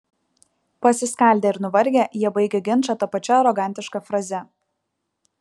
pasiskaldę ir nuvargę jie baigia ginčą ta pačia arogantiška fraze